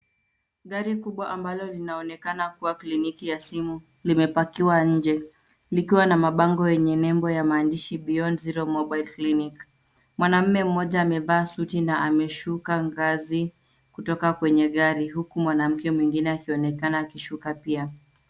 Gari kubwa ambalo linaonekana kuwa kliniki ya simu limepakiwa nje likiwa na mabango yenye nembo ya maandishi beyond zero mobile clinic. Mwanaume mmoja amevaa suti na ameshuka ngazi kutoka kwenye gari huku mwanamke mwingine akionekana akishuka pia.